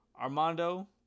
Armando